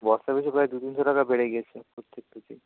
বস্তা পিছু প্রায় দু তিনশো টাকা বেড়ে গিয়েছে প্রত্যেকটা